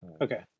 Okay